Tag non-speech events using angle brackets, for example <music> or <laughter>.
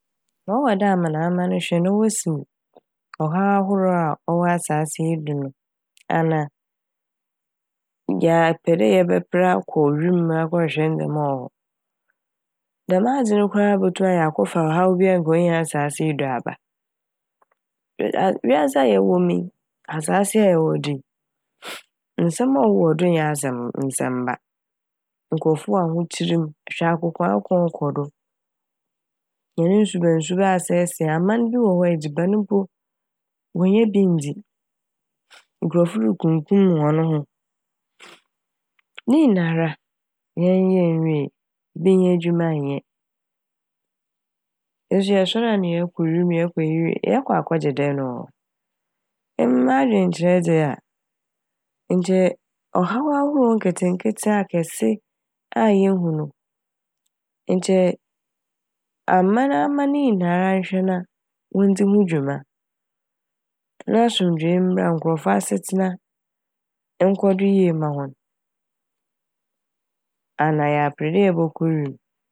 Ma ɔwɔ dɛ amanaman hwɛ na wosiw ɔhaw ahorow a ɔwɔ asaase yi do ana yɛapɛ dɛ yɛbɛper akɔ wimu akɔhwehwɛ ndzɛma a ɔwɔ hɔ <noise> dɛm adze no koraa a botum ma yɛakɔfa haw bi a nka onnyi asaase yi do aba. Ww- wiadze a yɛwɔ mu yi asaase yi a yɛwɔ do yi <hesitation> nsɛm a ɔwowɔ do nnyɛ ase - nsɛm ba. Nkorɔfo wɔ ahokyer m' hwɛ akokoakoko ɔkɔ do hɛn nsuba nsuba a asɛesɛe. Aman bi wɔ hɔ a edziban mpo wonnya bi nndzi <hesitation> nkorɔfo rokumkum hɔn ho. <hesitation> Ne nyinara yɛnnyɛ nnwie, bi innya edwuma nnyɛ nso yɛsoɛr a na yɛkɔ wim' yɛkɔ yew- yɛkɔ akɔgye dɛn wɔ hɔ. Emi m'adwenkyerɛ dze a nkyɛ ɔhaw ahorow nketseketse a akɛse a yehu no nkyɛ amanaman nyinara nnhwɛ na wondzi ho dwuma na asomdwee mbra. Nkorɔfo asetsena nkɔ do yie mma hɔn ana yɛaper dɛ yɛbɔkɔ wim'.